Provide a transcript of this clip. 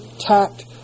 tact